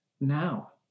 now